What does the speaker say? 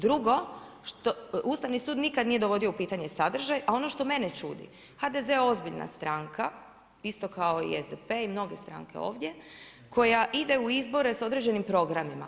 Drugo, Ustavni sud nikad nije dovodio u pitanje sadržaj a ono što mene čudi, HDZ je ozbiljna stranka isto kao i SDP i mnoge stranke ovdje, koja ide u izbore s određenim programima.